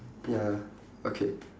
ya okay